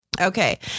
okay